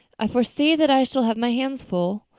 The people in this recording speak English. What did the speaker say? i foresee that i shall have my hands full.